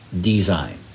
design